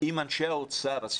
עם אנשי האוצר.